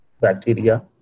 bacteria